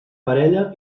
parella